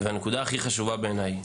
ביותר בעיניי.